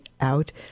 out